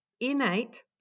innate